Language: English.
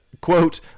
quote